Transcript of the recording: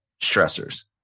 stressors